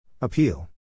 Appeal